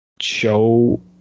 show